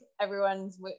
everyone's